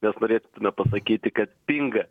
mes norėtume pasakyti kad pinga